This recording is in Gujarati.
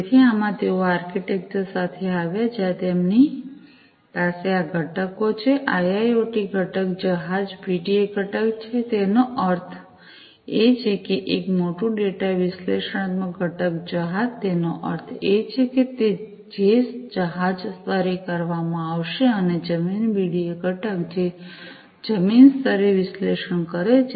તેથી આમાં તેઓ આ આર્કિટેક્ચર સાથે આવ્યા જ્યાં તેમની પાસે આ ઘટકો છે આઈઆઈઑટી ઘટક જહાજ બીડીએ ઘટક તેનો અર્થ એ છે કે એક મોટું ડેટા વિશ્લેષણાત્મક ઘટક જહાજ તેનો અર્થ એ છે કે તે જે જહાજ સ્તરે કરવામાં આવશે અને જમીન બીડીએ ઘટક જે જમીન સ્તરે વિશ્લેષણ કરે છે